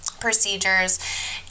procedures